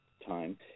time